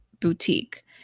boutique